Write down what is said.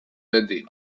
beti